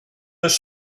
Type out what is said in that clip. this